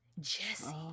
Jesse